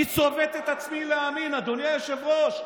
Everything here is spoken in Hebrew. אני צובט את עצמי להאמין, אדוני היושב-ראש.